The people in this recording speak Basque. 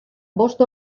bost